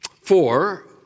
Four